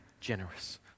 generous